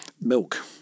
milk